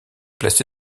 placé